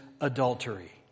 adultery